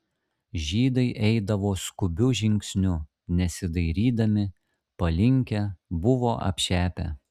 žydai eidavo skubiu žingsniu nesidairydami palinkę buvo apšepę